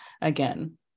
again